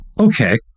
okay